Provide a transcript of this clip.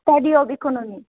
study of economic